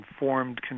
informed